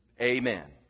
Amen